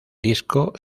disco